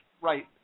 Right